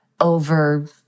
over